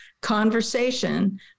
conversation